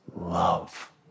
love